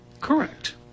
Correct